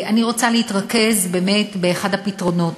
אני רוצה להתרכז באחד הפתרונות,